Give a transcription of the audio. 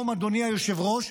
ואדוני היושב-ראש,